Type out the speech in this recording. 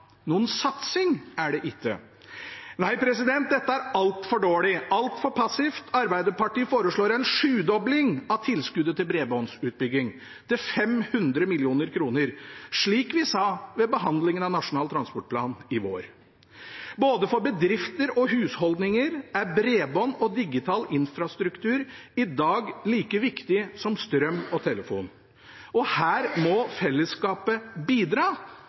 Noen satsing er det ikke. Nei, dette er altfor dårlig – altfor passivt. Arbeiderpartiet foreslår å sjudoble tilskuddet til bredbåndsutbygging – til 500 mill. kr – slik vi sa ved behandlingen av Nasjonal transportplan i vår. Både for bedrifter og for husholdninger er bredbånd og digital infrastruktur i dag like viktig som strøm og telefon. Og her må fellesskapet bidra